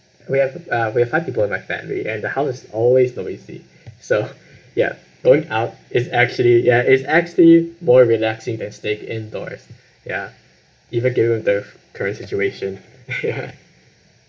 we have uh we have five people in my family and the house is always very noisy so ya going out is actually ya it's actually more relaxing than stayed indoors ya even given the current situation ya